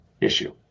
issue